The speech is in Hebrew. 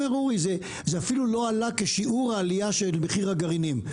אומר אורי שזה אפילו לא עלה כשיעור העלייה של מחיר הגרעינים,